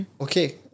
okay